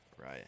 Right